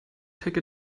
take